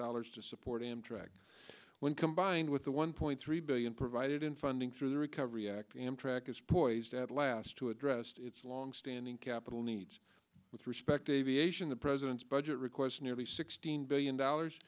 dollars to support amtrak when combined with the one point three billion provided in funding through the recovery act amtrak is poised at last to addressed its longstanding capital needs with respect to aviation the president's budget request nearly sixteen billion dollars